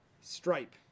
Stripe